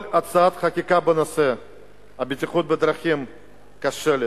כל הצעת חקיקה בנושא הבטיחות בדרכים כושלת,